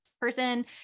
person